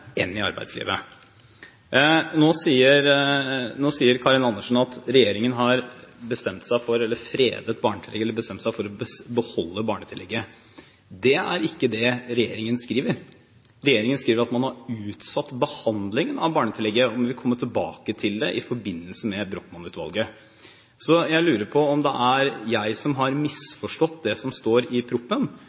Nå sier Karin Andersen at regjeringen har bestemt seg for å beholde barnetillegget. Det er ikke det regjeringen skriver. Regjeringen skriver at man har utsatt behandlingen av barnetillegget, og man vil komme tilbake til det i forbindelse med Brochmann-utvalgets rapport. Så jeg lurer på om det er jeg som har misforstått det som står i